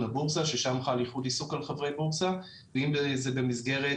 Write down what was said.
הבורסה ששם חל איחוד עיסוק על חברי הבורסה ואם זה במסגרת